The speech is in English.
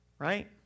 Right